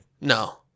No